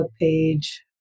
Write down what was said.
page